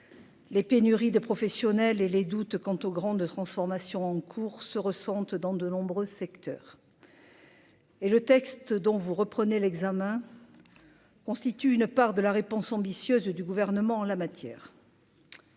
les pénuries de professionnels et les doutes quant aux grandes transformations en cours se ressentent dans de nombreux secteurs. Et le texte dont vous reprenez l'examen constituent une part de la réponse ambitieuse du gouvernement en la matière.